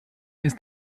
ist